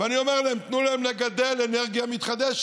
ואני אומר להם: תנו להם לגדל אנרגיה מתחדשת.